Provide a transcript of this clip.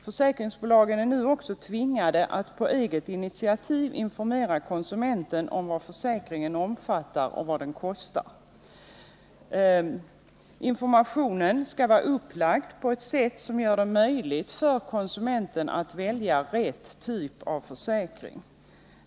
Försäkringsbolagen är nu också tvingade att på eget initiativ informera konsumenten om vad försäkringen omfattar och vad den kostar. Informationen skall vara upplagd på ett sätt som gör det möjligt för konsumenten att välja rätt typ av försäkring.